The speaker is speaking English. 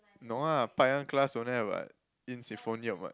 no lah class don't have what in symphony or what